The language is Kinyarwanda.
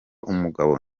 umugabo